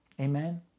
Amen